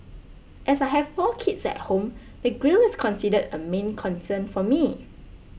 as I have four kids at home the grille is considered a main concern for me